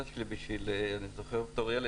אני זוכר בתור ילד,